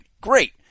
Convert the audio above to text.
Great